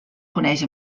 coneix